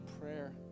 prayer